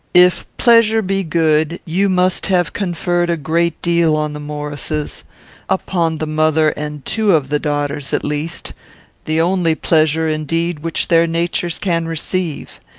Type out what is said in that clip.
if pleasure be good, you must have conferred a great deal on the maurices upon the mother and two of the daughters, at least the only pleasure, indeed, which their natures can receive.